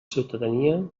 ciutadania